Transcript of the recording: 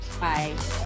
Bye